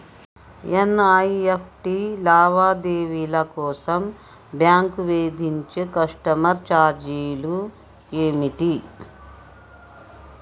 NEFT లావాదేవీల కోసం bank విధించే కస్టమర్ ఛార్జీలు ఏమిటి?